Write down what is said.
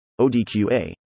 ODQA